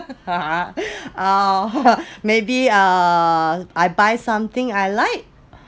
maybe uh I buy something I like